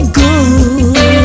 good